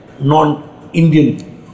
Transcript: non-Indian